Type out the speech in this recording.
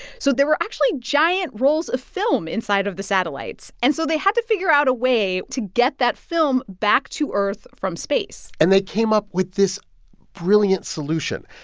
so there were actually giant rolls of film inside of the satellites. and so they had to figure out a way to get that film back to earth from space and they came up with this brilliant solution.